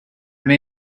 may